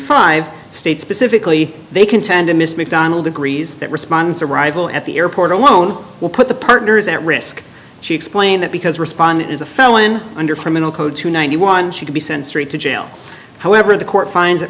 five states specifically they contended miss mcdonald agrees that response arrival at the airport alone will put the partners at risk she explained that because respondent is a felon under criminal code to ninety one she could be sent to jail however the court finds that